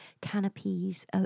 canopies